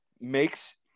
makes